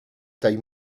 taille